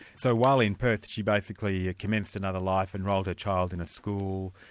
so while in perth, she basically commenced another life, enrolled her child in a school.